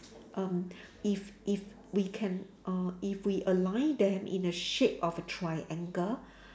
um if if we can uh if we align them in the shape of a triangle